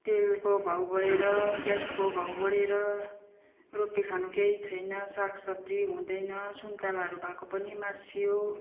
तेलको भाउ बढेर ग्यासको भाउ बढेर रोपी खानु केही छैन साग सब्जी हुँदैन सुन्तलाहरू भएको पनि मासियो